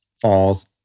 falls